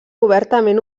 obertament